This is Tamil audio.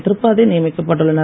திரிபாதி நியமிக்கப் பட்டுள்ளனர்